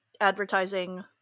advertising